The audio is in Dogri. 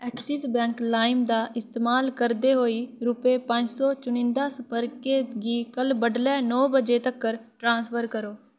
ऐक्सिस बैंक लाइम दा इस्तेमाल करदे होई रपेऽ पंज सौ चुनिंदा संपर्कें गी कल बडलै नौ बजे तगर ट्रांसफर करो